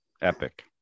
epic